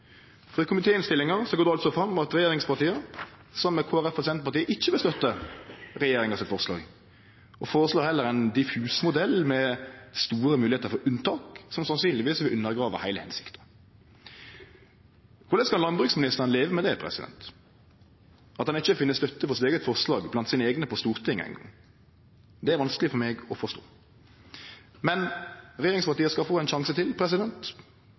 går det fram at regjeringspartia, saman med Kristeleg Folkeparti og Senterpartiet, ikkje vil støtte forslaget frå regjeringa. Ein føreslår heller ein diffus modell med store moglegheiter for unntak, som sannsynlegvis vil undergrave heile hensikta. Korleis kan landbruksministeren leve med at han ikkje eingong finn støtte for sitt eige forslag blant sine eigne på Stortinget? Det er vanskeleg for meg å forstå. Men regjeringspartia skal få ein sjanse til.